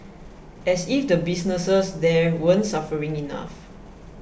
as if the businesses there weren't suffering enough